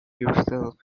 yourself